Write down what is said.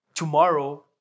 tomorrow